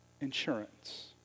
insurance